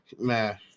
man